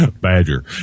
Badger